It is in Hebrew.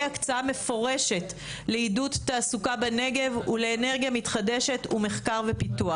הקצאה מפורשת לעידוד תעסוקה בנגב ולאנרגיה מתחדשת ומחקר ופיתוח.